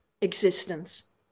existence